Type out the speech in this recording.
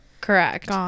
Correct